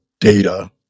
data